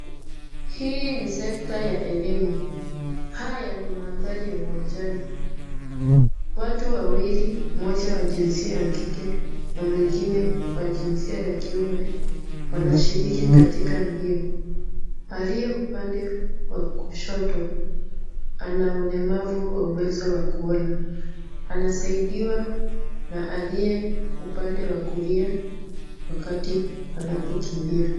Hii ni sekta ya elimu. Haya ni mandhari ya uwanjani. Watu wawili mmoja wa jinsia ya kike na mwingine wa jinsia ya kiume wanashiriki katika mbio. Aliye upande wa kushoto ana ulemavu wa uwezo wa kuona. Anasaidiwa na aliye upande wa kulia wakati anapokimbia.